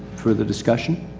for the discussion.